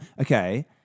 Okay